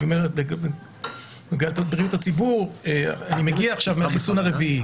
אני אומר את בריאות הציבור אני מגיע עכשיו מהחיסון הרביעי.